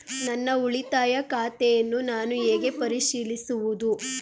ನನ್ನ ಉಳಿತಾಯ ಖಾತೆಯನ್ನು ನಾನು ಹೇಗೆ ಪರಿಶೀಲಿಸುವುದು?